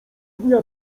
dnia